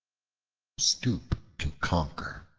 stoop to conquer.